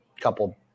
couple